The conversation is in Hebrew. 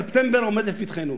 ספטמבר עומד לפתחנו